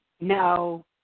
No